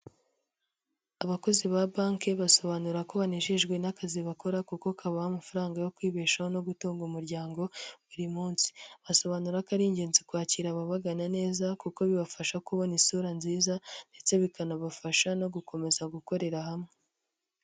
Abakozi ba banki basobanura ko banejejwe n'akazi bakora kuko kaba amafaranga yo kwibeshaho no gutunga umuryango buri munsi. Basobanura ko ari ingenzi kwakira ababagana neza kuko bibafasha kubona isura nziza ndetse bikanabafasha no gukomeza gukorera hamwe.